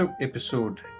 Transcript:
episode